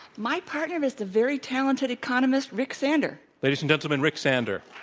my partner is the very talented economist rick sander. ladies and gentlemen, rick sander.